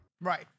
Right